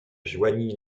joignit